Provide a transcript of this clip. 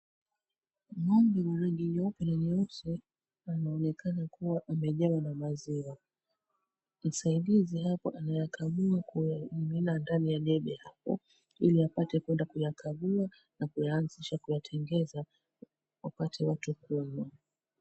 Ng'ombe wa rangi nyeupe na nyeusi anaonekana kuwa amejawa na maziwa. Msaidizi hapo anayakamua kuyamimina ndani ya debe hapo ili apate kuenda kuyakagua na kuyaanzisha kuyatengeza wapate watu kunywa.